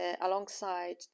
alongside